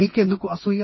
మీకెందుకు అసూయ